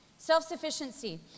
Self-sufficiency